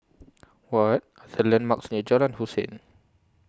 What The landmarks near Jalan Hussein